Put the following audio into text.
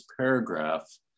paragraph